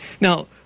Now